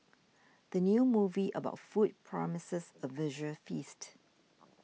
the new movie about food promises a visual feast